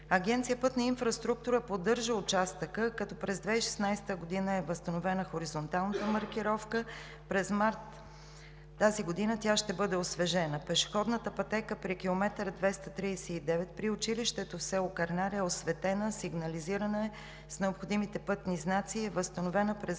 Агенция „Пътна инфраструктура“ поддържа участъка, като през 2016 г. е възстановена хоризонталната маркировка, през март тази година тя ще бъде освежена. Пешеходната пътека при километър 239 при училището в село Кърнаре е осветена, сигнализирана е с необходимите пътни знаци и е възстановена през